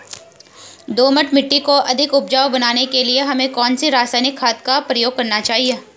दोमट मिट्टी को अधिक उपजाऊ बनाने के लिए हमें कौन सी रासायनिक खाद का प्रयोग करना चाहिए?